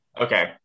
Okay